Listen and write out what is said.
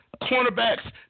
cornerbacks